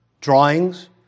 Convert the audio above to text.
Drawings